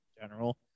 general